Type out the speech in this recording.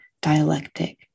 dialectic